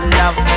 love